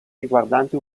riguardanti